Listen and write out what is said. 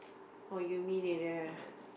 or you mean